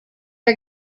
are